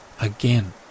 again